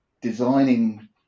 designing